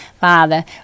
Father